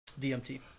DMT